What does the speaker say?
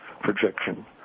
projection